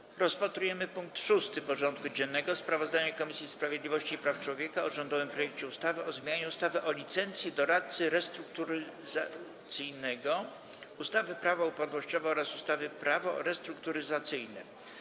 Powracamy do rozpatrzenia punktu 6. porządku dziennego: Sprawozdanie Komisji Sprawiedliwości i Praw Człowieka o rządowym projekcie ustawy o zmianie ustawy o licencji doradcy restrukturyzacyjnego, ustawy Prawo upadłościowe oraz ustawy Prawo restrukturyzacyjne.